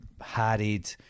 harried